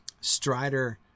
Strider